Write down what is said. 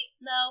no